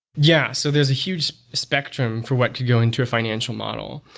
yeah. so there's a huge spectrum for what could go into a financial model.